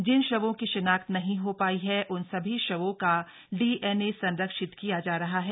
जिन शवों की शिनाख्त नहीं हो पाई है उन सभी शवों का डीएनए संरक्षित किया जा रहा है